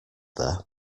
there